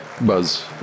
buzz